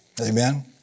Amen